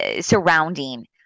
surrounding